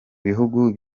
bihugu